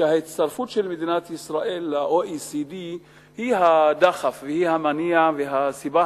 שההצטרפות של מדינת ישראל ל-OECD היא הדחף והיא המניע והסיבה